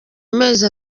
amezi